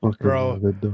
Bro